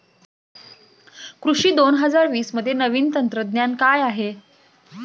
कृषी दोन हजार वीसमध्ये नवीन तंत्रज्ञान काय आहे?